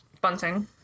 bunting